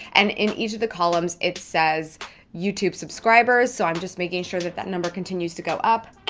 and in each of the columns, it says youtube subscribers. so i'm just making sure that that number continues to go up.